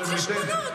על חשבונו.